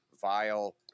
vile